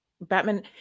Batman